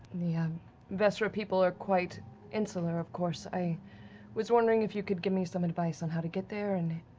the um vesrah people are quite insular, of course. i was wondering if you could give me some advice on how to get there and